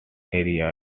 area